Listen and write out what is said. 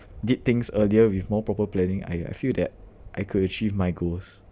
did things earlier with more proper planning I I feel that I could achieve my goals